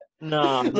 no